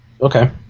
Okay